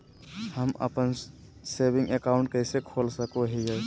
हम अप्पन saving account कइसे खोल सको हियै?